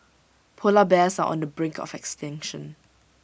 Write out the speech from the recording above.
Polar Bears are on the brink of extinction